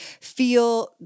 feel